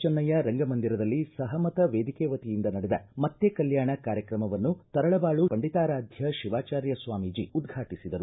ಚನ್ನಯ್ದ ರಂಗಮಂದಿರದಲ್ಲಿ ಸಹಮತ ವೇದಿಕೆ ವತಿಯಿಂದ ನಡೆದ ಮತ್ತೆ ಕಲ್ನಾಣ ಕಾರ್ಯಕ್ರಮವನ್ನು ತರಳಬಾಳು ಶ್ರೀ ಪಂಡಿತಾರಾಧ್ಯ ಶಿವಾಚಾರ್ಯ ಸ್ವಾಮೀಜಿ ಉದ್ವಾಟಿಸಿದರು